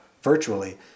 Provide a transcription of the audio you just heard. Virtually